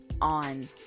on